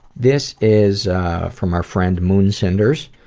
this is from our friend moonsenders,